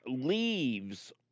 Leaves